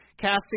casting